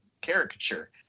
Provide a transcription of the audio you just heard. caricature